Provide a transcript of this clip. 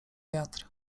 wiatr